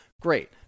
Great